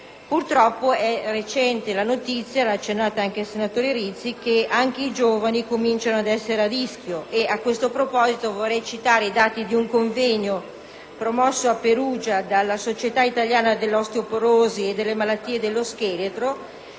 Purtroppo, è recente la notizia - cui accennava anche il senatore Rizzi - che anche i giovani cominciano ad essere a rischio e a tale proposito vorrei citare i dati di un convegno promosso a Perugia dalla Società italiana dell'osteoporosi, del metabolismo